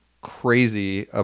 crazy